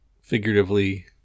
figuratively